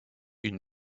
une